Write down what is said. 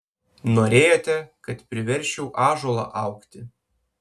norėjote kad priversčiau ąžuolą augti